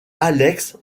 alex